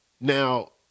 now